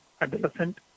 adolescent